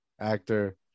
actor